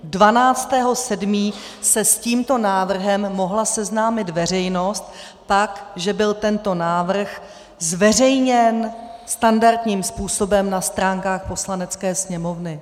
12. 7. se s tímto návrhem mohla seznámit veřejnost tak, že byl tento návrh zveřejněn standardním způsobem na stránkách Poslanecké sněmovny.